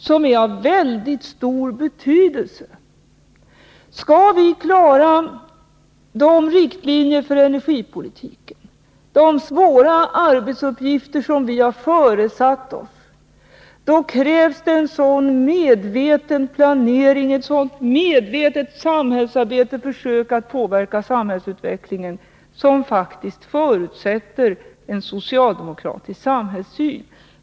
Skall vi klara de riktlinjer för energipolitiken och de svåra arbetsuppgifter som vi har föresatt oss att lösa, då krävs det en sådan medveten planering, ett sådant medvetet samhällsarbete för att försöka påverka samhällsutvecklingen, vilket förutsätter en socialdemokratisk samhällssyn.